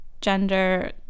gender